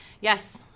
Yes